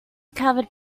covered